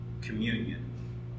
communion